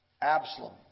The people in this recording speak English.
Absalom